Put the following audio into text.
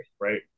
right